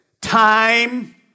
Time